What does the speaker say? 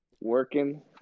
Working